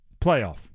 playoff